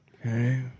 Okay